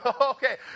Okay